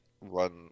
run